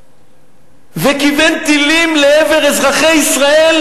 פה וכיוון טילים לעבר אזרחי ישראל,